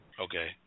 Okay